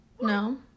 No